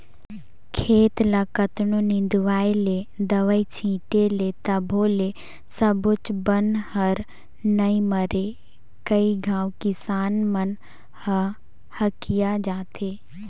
खेत ल कतनों निंदवाय ले, दवई छिटे ले तभो ले सबोच बन हर नइ मरे कई घांव किसान मन ह हकिया जाथे